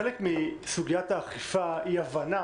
חלק מסוגיית האכיפה הוא הבנה